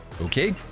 Okay